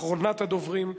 אחרונת הדוברים,